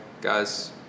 Guys